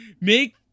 make